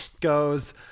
goes